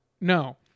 no